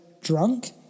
Drunk